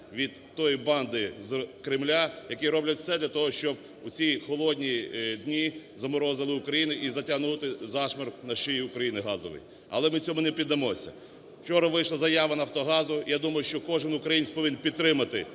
від тої банди з Кремля, які роблять все для того, щоб у ці холодні дні заморозили Україну і затягнути зашморг на шиї України газовий. Але ми цьому не піддамося. Вчора вийшла заява "Нафтогазу". Я думаю, що кожен українець повинен підтримати